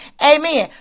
amen